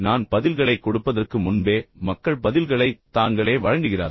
நான் பதில்களைக் கொடுப்பதற்கு முன்பே மக்கள் கூட பதில்களைத் தாங்களே வழங்குகிறார்கள்